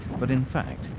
but in fact,